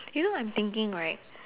you know I'm thinking right